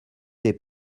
des